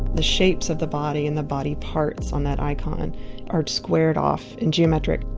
the shapes of the body, and the body parts on that icon are squared off, and geometric.